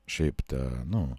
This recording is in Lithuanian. šiaip ta nu